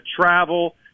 travel